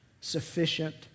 sufficient